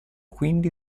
quindi